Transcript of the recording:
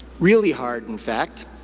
really hard in fact,